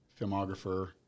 filmographer